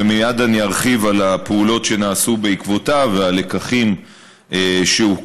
ומייד אני ארחיב על הפעולות שנעשו בעקבותיו ועל הלקחים שהופקו,